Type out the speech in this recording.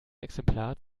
exemplar